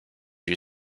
you